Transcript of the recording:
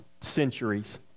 Centuries